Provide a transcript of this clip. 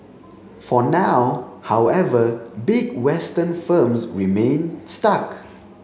for now however big Western firms remain stuck